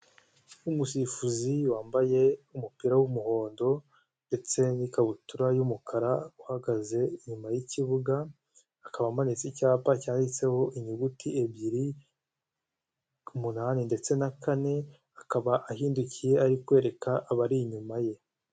Umusifuzi wambaye umupira w'umuhondo ndetse n'ikabutura y'umukara uhagaze inyuma y'ikibuga akaba amanitse icyapa cyanditseho inyuguti ebyiri ku munani ndetse na kane akaba ahindukiye ari kwereka abari inyuma ye.